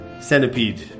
centipede